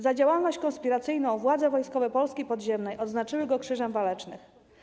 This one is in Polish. Za działalność konspiracyjną władze wojskowe Polski podziemnej odznaczyły go Krzyżem Walecznych.